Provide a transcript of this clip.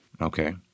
Okay